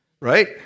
right